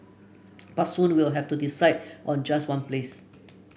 but soon we will have to decide on just one place